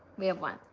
we have one.